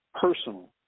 personal